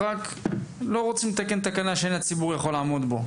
אבל לא רוצה לתקן תקנה שאין הציבור יכול לעמוד בה.